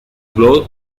blood